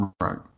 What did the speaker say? right